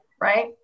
Right